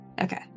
Okay